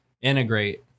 integrate